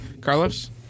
carlos